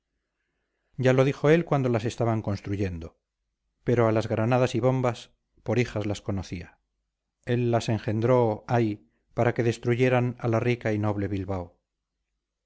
ya lo dijo él cuando las estaban construyendo pero a las granadas y bombas por hijas las conocía él las engendró ay para que destruyeran a la rica y noble bilbao